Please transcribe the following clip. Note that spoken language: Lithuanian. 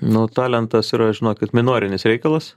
nu talentas yra žinokit minorinis reikalas